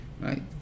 Right